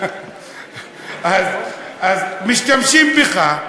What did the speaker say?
אז משתמשים בך,